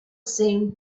seemed